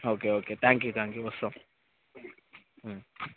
okay okay thank you thank you వస్తాను